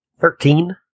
Thirteen